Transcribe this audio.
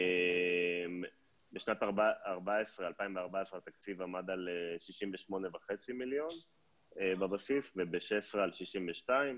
בשנת 2014 התקציב עמד על 68.5 מיליון בבסיס וב-16' על 62',